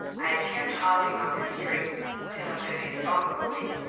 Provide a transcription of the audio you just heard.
i kept harping on this string till i set his tongue going,